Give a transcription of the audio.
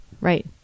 Right